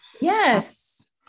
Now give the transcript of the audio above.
Yes